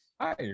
Hi